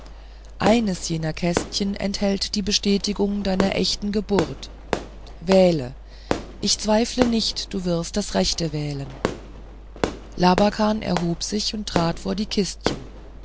eines jener kistchen enthält die bestätigung deiner echten geburt wähle ich zweifle nicht du wirst das rechte wählen labakan erhob sich und trat vor die kistchen